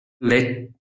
let –